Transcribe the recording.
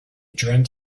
dreamt